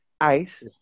Ice